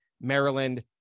Maryland